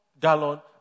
gallon